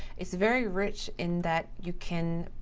it's very rich in that you can,